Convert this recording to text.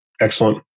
Excellent